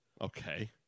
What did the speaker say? Okay